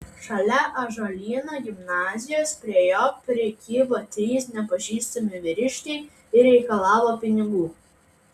šalia ąžuolyno gimnazijos prie jo prikibo trys nepažįstami vyriškai ir reikalavo pinigų